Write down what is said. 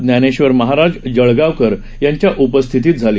ज्ञानेश्वर महाराज जळगांवकर यांच्या उपस्थितीत झाली